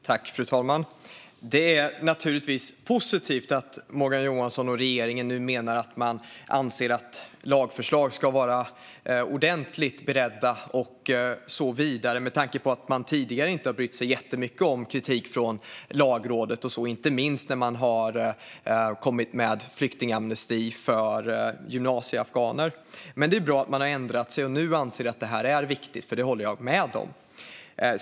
Fru talman! Det är naturligtvis positivt att Morgan Johansson och regeringen nu anser att lagförslag ska vara ordentligt beredda och så vidare med tanke på att man tidigare inte har brytt sig jättemycket om kritik från Lagrådet, inte minst när man har kommit med flyktingamnesti för gymnasieafghaner. Men det är bra att man har ändrat sig och nu anser att detta är viktigt; det håller jag med om.